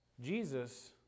Jesus